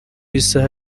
isaha